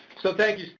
so thank you,